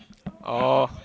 orh